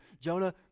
Jonah